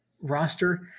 roster